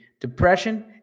depression